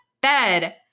bed